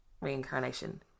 reincarnation